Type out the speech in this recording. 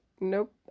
nope